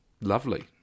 lovely